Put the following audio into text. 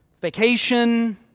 vacation